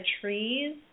trees